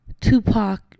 Tupac